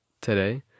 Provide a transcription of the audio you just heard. today